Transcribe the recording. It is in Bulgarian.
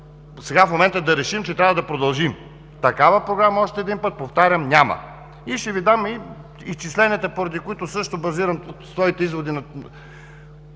сега в момента да решим, че трябва да продължим. Такава програма, още един път повтарям, няма! Ще Ви дам изчисленията, поради които също базирам своите изводи.